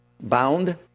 bound